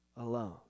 alone